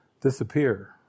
disappear